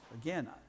Again